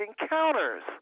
encounters